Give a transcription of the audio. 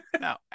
No